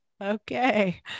Okay